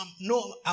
no